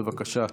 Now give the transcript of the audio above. בבקשה.